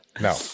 No